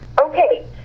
Okay